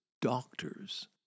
doctors